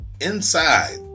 inside